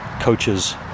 coaches